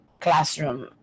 classroom